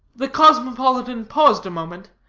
the cosmopolitan paused a moment,